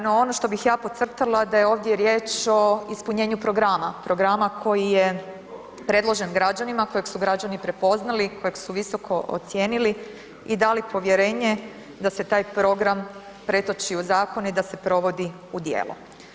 No ono što bih ja podcrtala da je ovdje riječ o ispunjenju programa, programa koji je predložen građanima, kojeg su građani prepoznali, kojeg su visoko ocijenili i dali povjerenje da se taj program pretoči u zakon i da se provodi u djelo.